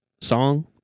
song